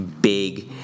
big